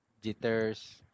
Jitters